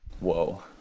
Whoa